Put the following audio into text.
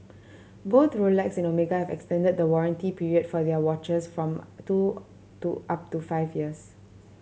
both Rolex and Omega have extended the warranty period for their watches from two to up to five years